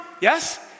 yes